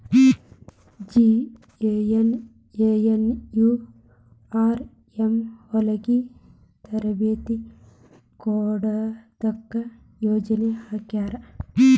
JNNURM ಹೊಲಗಿ ತರಬೇತಿ ಕೊಡೊದಕ್ಕ ಯೊಜನೆ ಹಾಕ್ಯಾರ